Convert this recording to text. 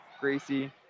Gracie